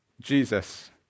Jesus